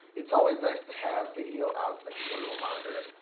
it's always nice to have video outs that can go to a monitor.